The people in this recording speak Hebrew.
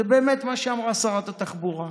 זה באמת מה שאמרה שרת התחבורה.